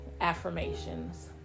affirmations